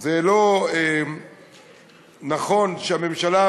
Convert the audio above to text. שזה לא נכון שהממשלה,